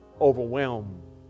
overwhelm